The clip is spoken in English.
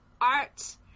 art